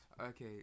Okay